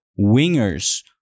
wingers